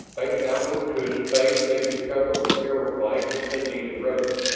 face outward to a space they could cover with arrow flight if the need arose.